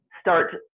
start